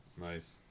Nice